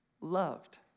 loved